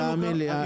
תאמין לי.